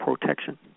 protection